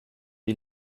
die